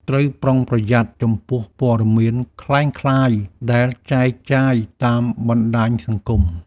ត្រូវប្រុងប្រយ័ត្នចំពោះព័ត៌មានក្លែងក្លាយ ដែលចែកចាយតាមបណ្តាញសង្គម។